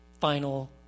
final